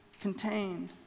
contained